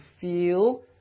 feel